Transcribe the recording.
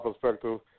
perspective